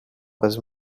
was